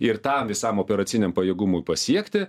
ir tam visam operaciniam pajėgumui pasiekti